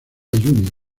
junior